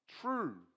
true